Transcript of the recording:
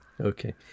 Okay